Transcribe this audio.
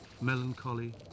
melancholy